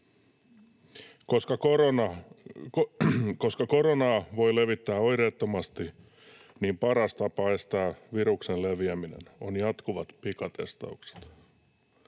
Koska koronaa voi levittää oireettomasti, paras tapa estää viruksen leviäminen on jatkuvat pikatestaukset.